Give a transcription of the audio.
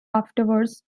afterwards